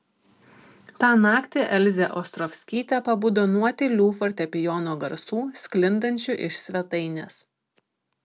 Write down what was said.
tą naktį elzė ostrovskytė pabudo nuo tylių fortepijono garsų sklindančių iš svetainės